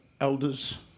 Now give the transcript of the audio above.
elders